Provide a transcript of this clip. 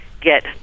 get